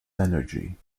energy